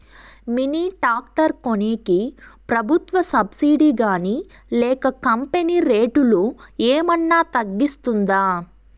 Mini tractor కొనేకి ప్రభుత్వ subsidy గాని లేక కంపెని రేటులో ఏమన్నా తగ్గిస్తుందా?